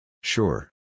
Sure